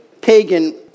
pagan